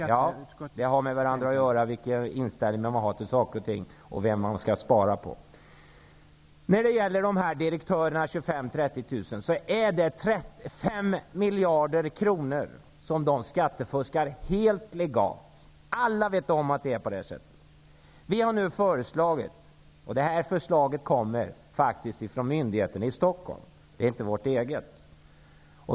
Herr talman! Ja, det har med detta att göra vilken inställning man har till saker och ting och vad man skall spara på. De 25 000--30 000 direktörerna skattefuskar för 5 miljarder kronor helt legalt. Alla vet om att det är på detta sätt. Vi har ett förslag -- och detta förslag kommer faktiskt från myndigheten i Stockholm och är alltså inte vårt eget.